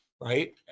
right